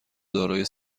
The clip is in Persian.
دارای